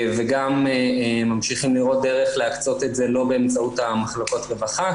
וגם ממשיכים לראות דרך להקצות את זה לא באמצעות מחלקות רווחה,